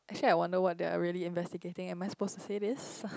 actually I wonder what they are really investigating am I supposed to say this